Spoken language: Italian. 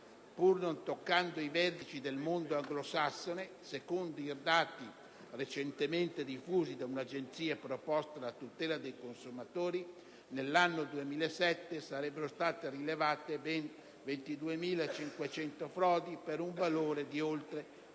pur non toccando i vertici del mondo anglosassone, secondo i dati recentemente diffusi da un'agenzia preposta alla tutela dei consumatori, nell'anno 2007 sarebbero state rilevate ben 22.500 frodi, per un valore di oltre